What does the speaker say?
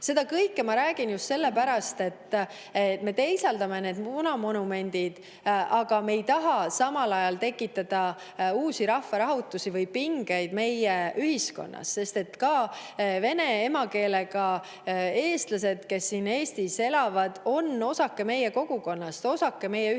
Seda kõike ma räägin just sellepärast, et me teisaldame punamonumendid, aga me ei taha tekitada uusi rahvarahutusi või pingeid meie ühiskonnas. Ka vene emakeelega [inimesed], kes siin Eestis elavad, on osake meie kogukonnast, osake meie ühiskonnast.